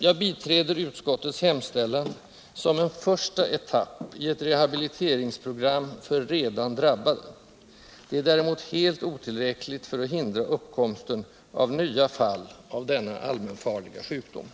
Jag biträder utskottets hemställan som en första etapp i ett rehabiliteringsprogram för redan drabbade. Det är däremot helt otillräckligt för att hindra uppkomsten av nya fall av denna allmänfarliga sjukdom.